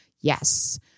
yes